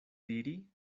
diri